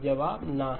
जवाब न है